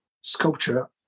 sculpture